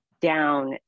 down